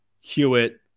Hewitt